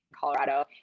Colorado